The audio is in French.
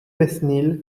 mesnil